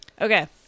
okay